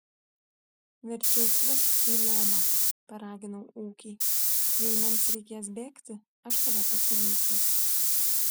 verčiau čiuožk į lomą paraginau ūkį jei mums reikės bėgti aš tave pasivysiu